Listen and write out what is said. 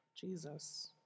Jesus